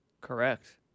Correct